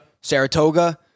Saratoga